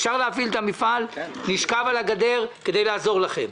אם אפשר להפעיל את המפעל נשכב על הגדר כדי לעזור לכם,